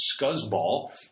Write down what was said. scuzzball